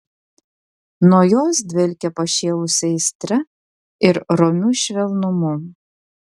nuo jos dvelkė pašėlusia aistra ir romiu švelnumu